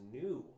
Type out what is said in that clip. new